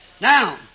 Now